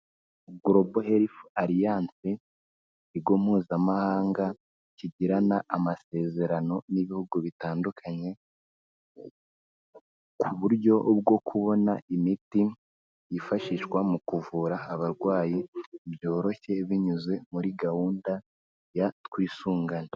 Gulobo Helifu Aliyandee, ikigo mpuzamahanga kigirana amasezerano n'ibihugu bitandukanye, ku buryo bwo kubona imiti, yifashishwa mu kuvura abarwayi byoroshye binyuze muri gahunda ya twisungane.